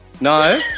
No